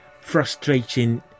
Frustrating